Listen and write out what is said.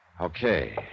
Okay